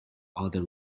other